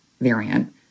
variant